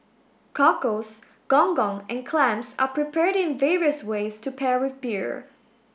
cockles gong gong and clams are prepared in various ways to pair with beer